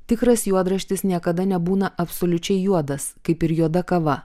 tikras juodraštis niekada nebūna absoliučiai juodas kaip ir juoda kava